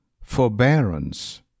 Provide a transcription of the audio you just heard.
Forbearance